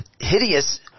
hideous